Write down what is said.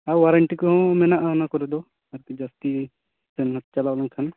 ᱟᱨ warranty ᱦᱚᱸ ᱢᱮᱱᱟᱜᱼᱟ ᱚᱱᱟ ᱠᱚᱨᱮ ᱫᱚ ᱡᱟᱹᱥᱛᱤ ᱥᱮᱱ ᱪᱟᱞᱟᱣ ᱞᱮᱱ ᱠᱷᱟᱱ